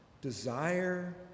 desire